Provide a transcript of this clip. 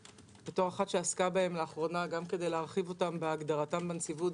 בתור אחת שעסקה בהם לאחרונה גם כדי להרחיב אותם בהגדרתם בנציבות,